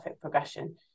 progression